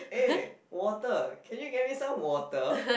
eh water can you get me some water